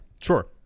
Sure